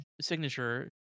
Signature